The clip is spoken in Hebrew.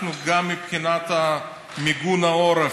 גם מבחינת מיגון העורף,